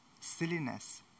silliness